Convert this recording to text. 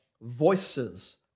voices